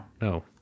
No